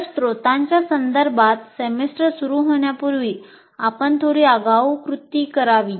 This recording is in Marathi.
तर स्त्रोतांच्या संदर्भात सेमेस्टर सुरू होण्यापूर्वी आपण थोडी आगाऊ कृती करावी